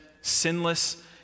sinless